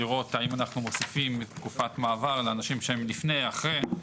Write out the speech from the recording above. לראות האם אנחנו מוסיפים תקופת מעבר לאנשים שהם לפני או אחרי.